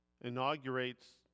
inaugurates